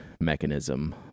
mechanism